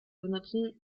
benutzen